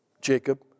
Jacob